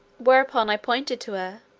whereupon i pointed to her,